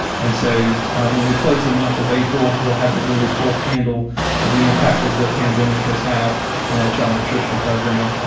and so when we close the month of april, we'll have a really full handle of the impact that the pandemic has had on our child nutrition program.